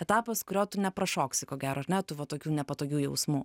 etapas kurio tu neprašoksi ko gero ar ne tų va tokių nepatogių jausmų